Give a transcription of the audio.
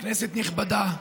כנסת נכבדה,